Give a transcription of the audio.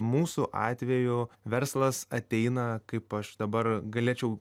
mūsų atveju verslas ateina kaip aš dabar galėčiau